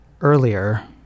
earlier